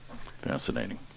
Fascinating